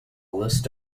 list